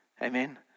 Amen